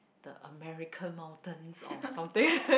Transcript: the American mountains or something